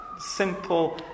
simple